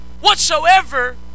Whatsoever